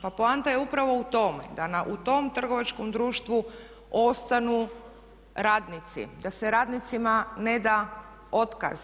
Pa poanta je upravo u tome da u tom trgovačkom društvu ostanu radnici, da se radnicima ne da otkaz.